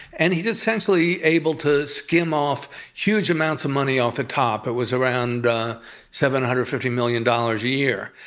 and he's essentially able to skim off huge amounts of money off the top. it was around seven hundred and fifty million dollars a year.